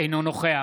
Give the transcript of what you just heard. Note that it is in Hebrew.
אינו נוכח